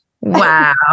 Wow